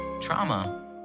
trauma